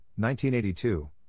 1982